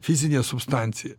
fizinė substancija